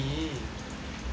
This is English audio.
oh behind me